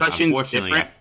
unfortunately